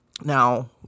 now